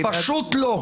פשוט לא.